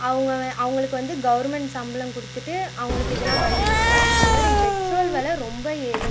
அவங்க வ அவங்களுக்கு வந்து கௌர்மண்ட் சம்பளம் கொடுத்துட்டு அவங்களுக்கு இதெல்லாம் பண்ணியிருந்தாங்க அதுமாதிரி பெட்ரோல் விலை ரொம்ப ஏறிடுச்சு